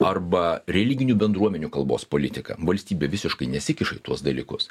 arba religinių bendruomenių kalbos politika valstybė visiškai nesikiša į tuos dalykus